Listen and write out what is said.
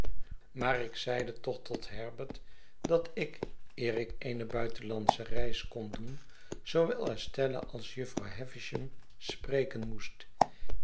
maar ik zeide toch tot herbert dat ik eer ik eene buitenlandsche reis kon doen zoowel esteila als jufvrouw havisham spreken moest